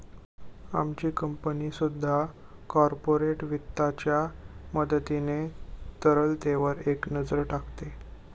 आमची कंपनी सुद्धा कॉर्पोरेट वित्ताच्या मदतीने तरलतेवर एक नजर टाकते